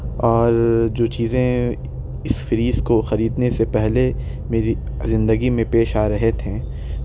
اور جو چیزیں اِس فریج کو خریدنے سے پہلے میری زندگی میں پیش آ رہے تھے